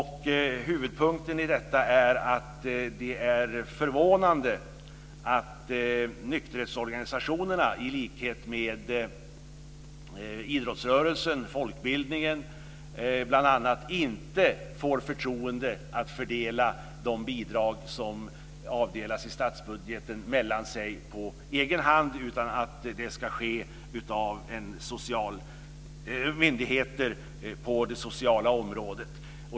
Huvudpunkten är att det är förvånande att nykterhetsorganisationerna i likhet med idrottsrörelsen och folkbildningen bl.a. inte får förtroende att på egen hand fördela de bidrag mellan sig som avdelas i statsbudgeten, utan det ska ske av sociala myndigheter på det sociala området.